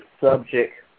subject